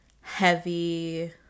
heavy